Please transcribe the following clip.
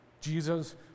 Jesus